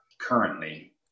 currently